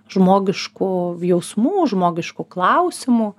žmogiškų jausmų žmogiškų klausimų